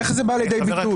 איך זה בא לידי ביטוי?